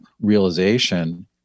realization